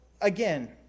again